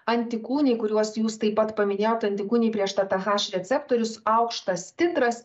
antikūniai kuriuos jūs taip pat paminėjot antikūniai prieš tt haš receptorius aukštas titras